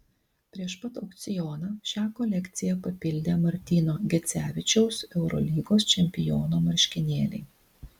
prieš pat aukcioną šią kolekciją papildė martyno gecevičiaus eurolygos čempiono marškinėliai